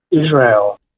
Israel